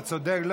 אתה צודק.